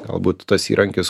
galbūt tas įrankis